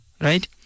right